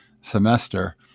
semester